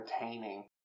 entertaining